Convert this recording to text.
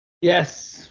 Yes